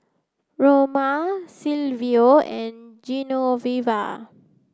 Roma Silvio and Genoveva